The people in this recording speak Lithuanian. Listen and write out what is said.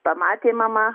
pamatė mama